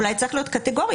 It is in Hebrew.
אולי צריכה להיות קטגוריה.